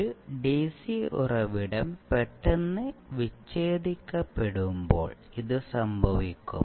ഒരു ഡിസി ഉറവിടം പെട്ടെന്ന് വിച്ഛേദിക്കപ്പെടുമ്പോൾ ഇത് സംഭവിക്കും